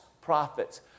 prophets